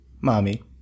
Mommy